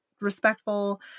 respectful